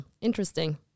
interesting